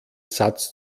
satz